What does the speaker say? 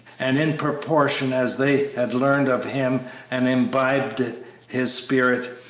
and in proportion as they had learned of him and imbibed his spirit,